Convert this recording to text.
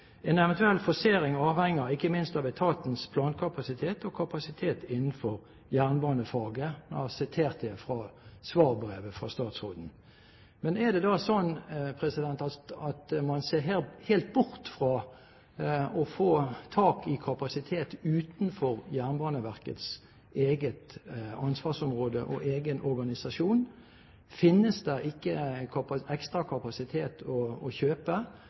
en del praktiske problemer: «En eventuell forsering avhenger ikke minst av etatens plankapasitet og kapasitet innenfor jernbanefag.» Jeg siterer her fra svarbrevet fra statsråden. Men er det da sånn at man ser helt bort fra å få tak i kapasitet utenfor Jernbaneverkets eget ansvarsområde og egen organisasjon? Finnes det ikke ekstra kapasitet å kjøpe?